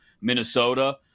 Minnesota